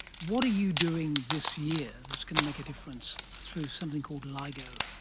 what are you doing this year that's going to make a difference through something called ligo?